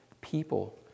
people